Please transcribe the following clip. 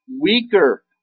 weaker